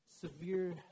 severe